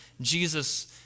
Jesus